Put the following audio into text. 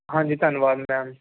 ਹਾਂਜੀ ਧੰਨਵਾਦ ਮੈਮ